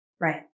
Right